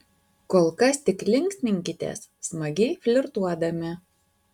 kol kas tik linksminkitės smagiai flirtuodami